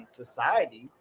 society